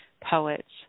poets